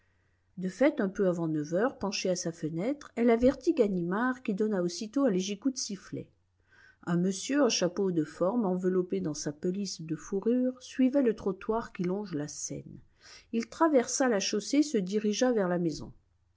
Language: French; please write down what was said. de fait un peu avant neuf heures penchée à sa fenêtre elle avertit ganimard qui donna aussitôt un léger coup de sifflet un monsieur en chapeau haut de forme enveloppé dans sa pelisse de fourrure suivait le trottoir qui longe la seine il traversa la chaussée et se dirigea vers la maison